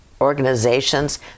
organizations